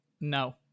No